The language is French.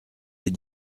les